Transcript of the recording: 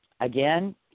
Again